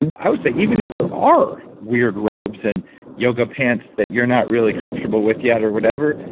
and i would say even if there are weird robes and yoga pants that you're not really comfortable with yet or whatever,